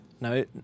No